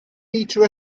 meter